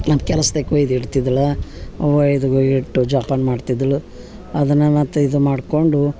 ಮತ್ತು ಕೆಲ್ಸ್ದಕ್ಕೆ ಒಯ್ದ ಇಡ್ತಿದಳು ಒಯ್ದ ಕೊಯಿಟ್ ಜೋಪಾನ ಮಾಡ್ತಿದ್ಳು ಅದನ್ನ ಮತ್ತು ಇದು ಮಾಡ್ಕೊಂಡು